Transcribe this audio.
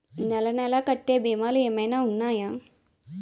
నెల నెల కట్టే భీమాలు ఏమైనా ఉన్నాయా?